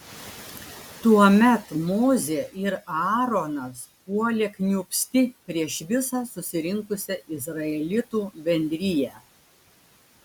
tuomet mozė ir aaronas puolė kniūbsti prieš visą susirinkusią izraelitų bendriją